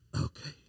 okay